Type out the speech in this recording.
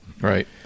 Right